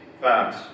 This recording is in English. facts